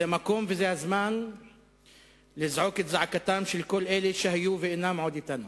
זה המקום וזה הזמן לזעוק את זעקתם של כל אלה שהיו ואינם עוד אתנו,